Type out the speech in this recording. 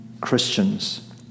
Christians